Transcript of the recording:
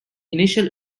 initial